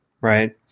right